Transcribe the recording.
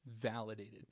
validated